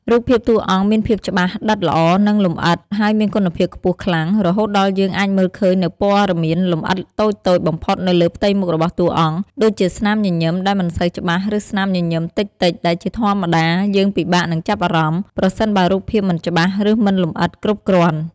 រូបភាពតួអង្គមានភាពច្បាស់ ដិតល្អ និងលម្អិត ហើយមានគុណភាពខ្ពស់ខ្លាំង រហូតដល់យើងអាចមើលឃើញនូវព័ត៌មានលម្អិតតូចៗបំផុតនៅលើផ្ទៃមុខរបស់តួអង្គ ដូចជាស្នាមញញឹមដែលមិនសូវច្បាស់ ឬស្នាមញញឹមតិចៗ ដែលជាធម្មតាយើងពិបាកនឹងចាប់អារម្មណ៍ ប្រសិនបើរូបភាពមិនច្បាស់ ឬមិនលម្អិតគ្រប់គ្រាន់។